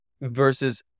versus